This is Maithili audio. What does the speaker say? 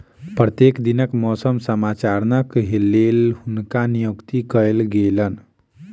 प्रत्येक दिनक मौसम समाचारक लेल हुनका नियुक्त कयल गेलैन